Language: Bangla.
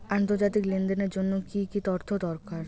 আন্তর্জাতিক লেনদেনের জন্য কি কি তথ্য দরকার?